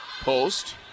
post